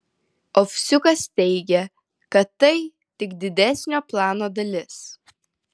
ovsiukas teigia kad tai tik didesnio plano dalis